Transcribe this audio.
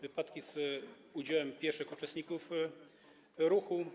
Wypadki z udziałem pieszych uczestników ruchu.